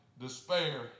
despair